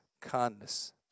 kindness